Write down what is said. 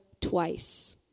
twice